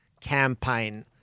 campaign